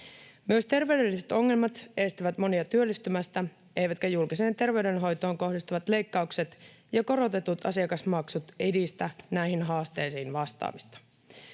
Myös terveydelliset ongelmat estävät monia työllistymästä, eivätkä julkiseen terveydenhoitoon kohdistuvat leikkaukset ja korotetut asiakasmaksut edistä näihin haasteisiin vastaamista.